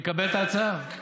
מקבל את ההצעה.